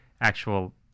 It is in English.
actual